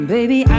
Baby